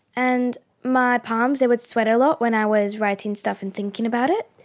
and my palms, they would sweat a lot when i was writing stuff and thinking about it,